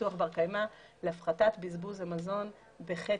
פיתוח בר-קיימא להפחתת בזבוז המזון בחצי.